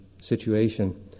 situation